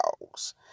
dogs